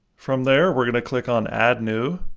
from there, we're going to click on add new,